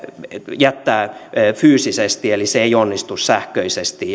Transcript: jättää fyysisesti eli se ei onnistu sähköisesti